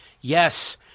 Yes